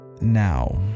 now